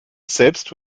selbst